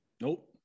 Nope